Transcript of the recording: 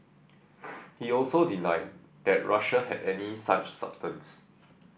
he also denied that Russia had any such substance